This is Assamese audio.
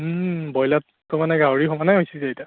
ওম ব্ৰইলাৰটো মানে গাহৰিৰ সমানে হৈছে এতিয়া